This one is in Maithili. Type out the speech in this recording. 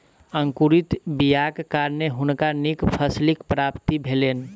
अंकुरित बीयाक कारणें हुनका नीक फसीलक प्राप्ति भेलैन